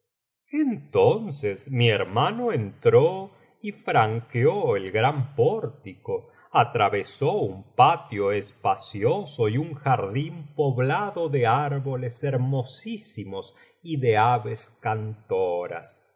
entonces mi hermano entró y franqueó el gran pórtico atravesó un patio espacioso y un jardín poblado de árboles hermosísimos y de aves cantoras lo